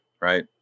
right